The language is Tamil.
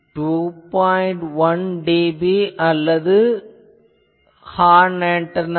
1 dB அல்லது ஹார்ன் ஆன்டெனா